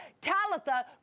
Talitha